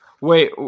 Wait